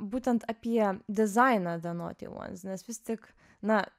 būtent apie dizainą de noti uans nes vis tik na